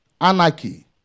anarchy